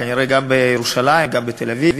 כנראה גם בירושלים וגם בתל-אביב,